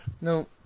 No